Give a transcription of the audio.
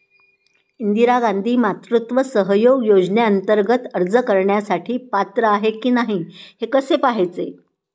इंदिरा गांधी मातृत्व सहयोग योजनेअंतर्गत अर्ज करण्यासाठी पात्र आहे की नाही हे कसे पाहायचे?